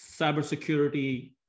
cybersecurity